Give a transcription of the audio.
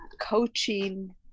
coaching